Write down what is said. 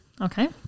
Okay